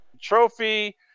Trophy